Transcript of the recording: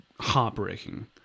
heartbreaking